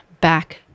back